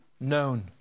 known